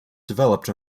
developed